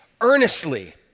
earnestly